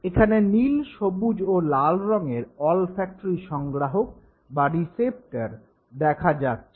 এখানে নীল সবুজ ও লাল রঙের অলফ্যাক্টরি সংগ্রাহক বা রিসেপ্টর দেখা যাচ্ছে